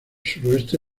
suroeste